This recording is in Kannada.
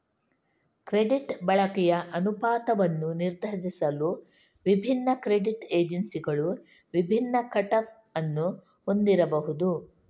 ಕ್ರೆಡಿಟ್ ಬಳಕೆಯ ಅನುಪಾತವನ್ನು ನಿರ್ಧರಿಸಲು ವಿಭಿನ್ನ ಕ್ರೆಡಿಟ್ ಏಜೆನ್ಸಿಗಳು ವಿಭಿನ್ನ ಕಟ್ ಆಫ್ ಅನ್ನು ಹೊಂದಿರಬಹುದು